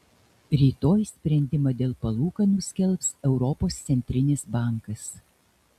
rytoj sprendimą dėl palūkanų skelbs europos centrinis bankas